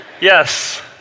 Yes